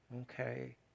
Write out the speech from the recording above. okay